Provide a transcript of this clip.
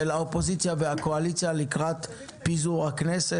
האופוזיציה והקואליציה לקראת פיזור הכנסת.